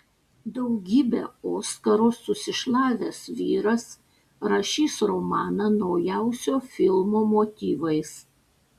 daugybę oskarų susišlavęs vyras rašys romaną naujausio filmo motyvais